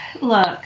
Look